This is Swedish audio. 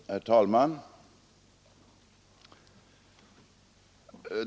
Herr talman!